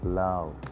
love